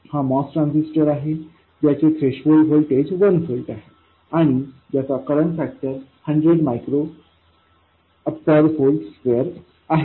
हा MOS transistor आहे ज्याचे थ्रेशोल्ड व्होल्टेज 1 व्होल्ट आहे आणि ज्याचा current factor 100 micro ampere per volt square आहे